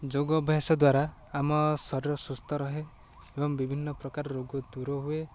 ଯୋଗ ଅଭ୍ୟାସ ଦ୍ୱାରା ଆମ ଶରୀର ସୁସ୍ଥ ରହେ ଏବଂ ବିଭିନ୍ନ ପ୍ରକାର ରୋଗ ଦୂର ହୁଏ